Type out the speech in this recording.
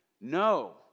No